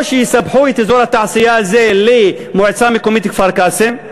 או שיספחו את אזור התעשייה הזה למועצה המקומית כפר-קאסם,